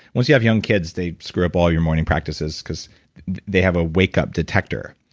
once you have young kids they screw up all your morning practices because they have a wake up detector.